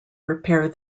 repair